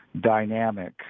dynamic